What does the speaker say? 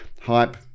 hype